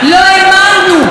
כשאלה היו התוצאות: